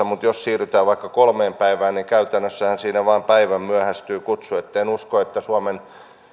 mutta jos siirrytään vaikka kolmeen päivään niin käytännössähän siinä vain päivän myöhästyy kutsu että en usko että suomen